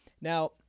now